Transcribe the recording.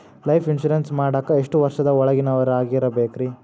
Life insurance ಮಾಡಾಕ ಎಷ್ಟು ವರ್ಷದ ಒಳಗಿನವರಾಗಿರಬೇಕ್ರಿ?